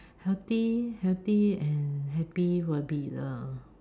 healthy healthy and happy will be the